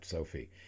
Sophie